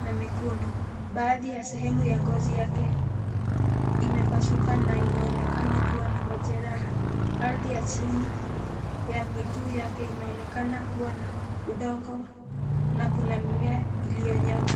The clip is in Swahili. na mikundi. Baadhi ya sehemu ya ngozi yake imepasuka na inaonekana kuwa na majeraha , ardhi ya chini ya miguu yake inaonekana kuwa na udongo na kuna mimea iliyo nyauka.